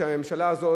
שהממשלה הזאת,